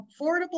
affordable